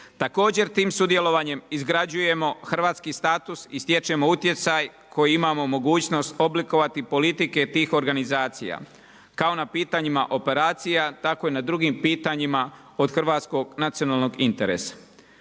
Također tim sudjelovanjem izgrađujemo hrvatski status i stječemo utjecaj koji imamo mogućnost oblikovati politike tih organizacija, kao na pitanjima operacija, tako i na drugim pitanjima od hrvatskog nacionalnog interesa.